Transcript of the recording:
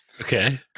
Okay